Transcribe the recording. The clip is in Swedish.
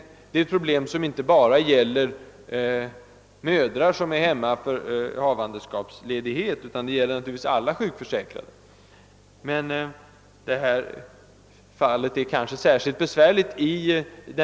Det är ett problem som inte bara gäller mödrar som är hemma för havandeskapsledighet, utan det gäller naturligtvis alla sjukförsäkrade. Men det är kanske särskilt besvärligt för de förstnämnda.